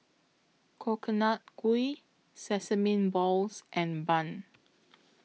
Coconut Kuih Sesame Balls and Bun